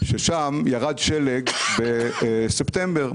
שם ירד שלג מוקדם בספטמבר,